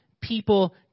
people